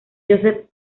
joseph